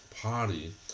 party